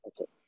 okay